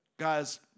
Guys